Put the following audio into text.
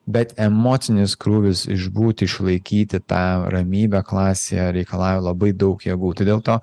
bet emocinis krūvis išbūti išlaikyti tą ramybę klasėje reikalauja labai daug jėgų dėl to